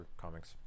comics